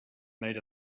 made